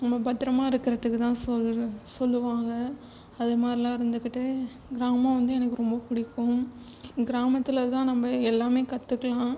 நம்ம பத்திரமா இருக்கிறதுக்குத்தான் சொல்கிறது சொல்லுவாங்கள் அது மாதிரிலாம் இருந்துக்கிட்டு கிராமம் வந்து எனக்கு ரொம்ப பிடிக்கும் கிராமததில் தான் நம்ம எல்லாமே கற்றுக்கலாம்